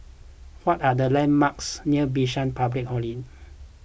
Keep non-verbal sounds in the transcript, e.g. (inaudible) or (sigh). what are the landmarks near Bishan Public (unintelligible)